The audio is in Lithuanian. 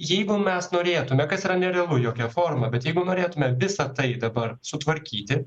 jeigu mes norėtume kas yra nerealu jokia forma bet jeigu norėtume visa tai dabar sutvarkyti